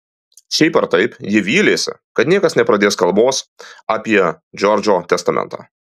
šiaip ar taip ji vylėsi kad niekas nepradės kalbos apie džordžo testamentą